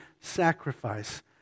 sacrifice